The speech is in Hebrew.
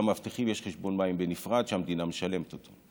למאבטחים יש חשבון מים בנפרד, שהמדינה משלמת אותו.